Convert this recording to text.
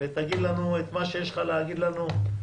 ותגיד לנו את מה שיש לך להגיד לנו.